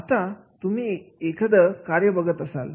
आता तुम्ही एखादा कार्य बघत असाल